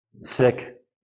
sick